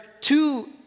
two